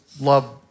love